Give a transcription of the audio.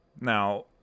Now